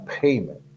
payment